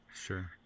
Sure